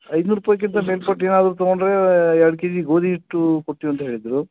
ಐದುನೂರು ರೂಪಾಯ್ಕಿಂತ ಮೇಲ್ಪಟ್ಟು ಏನಾದರೂ ತೊಗೊಂಡರೆ ಎರಡು ಕೆಜಿ ಗೋಧಿ ಹಿಟ್ಟು ಕೊಡ್ತೀವಂತ ಹೇಳಿದ್ದರು